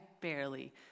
barely